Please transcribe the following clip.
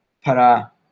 para